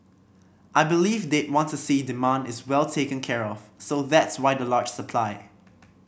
I believe they'd want to see demand is well taken care of so that's why the large supply